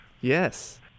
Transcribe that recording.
Yes